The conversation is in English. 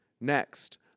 Next